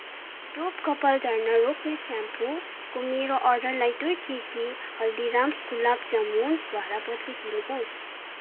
डोभ कपाल झर्न रोक्ने स्याम्पोको मेरो अर्डरलाई दुई केजी हल्दीराम्स गुलाब जामुनद्वारा बदलिदिनुहोस्